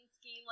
scheme